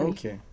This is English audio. Okay